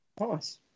Nice